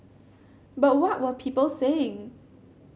but what were people saying